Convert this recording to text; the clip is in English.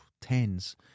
tens